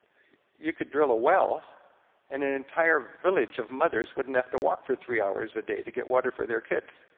you could drill a well and an entire village of mothers wouldn't have to walk for three hours a day to get water for their kids.